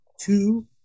two